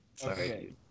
Okay